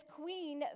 queen